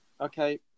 Okay